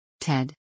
TED